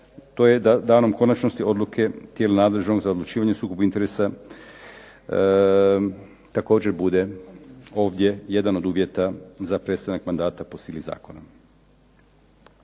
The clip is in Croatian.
to je danom konačnosti odluke tijela nadležnog za odlučivanje o sukobu interesa također bude ovdje jedan od uvjeta za prestanak mandata po sili zakona.